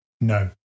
No